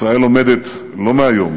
ישראל עומדת לא מהיום